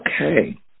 Okay